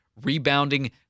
Rebounding